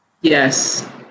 Yes